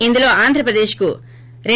ఇందులో ఆంధ్రప్రదేశ్కు రూ